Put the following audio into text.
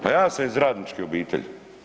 Pa ja sam iz radničke obitelji.